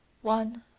One